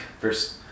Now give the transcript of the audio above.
first